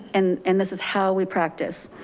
and and this is how we practice.